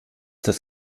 das